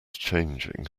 changing